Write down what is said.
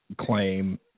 claim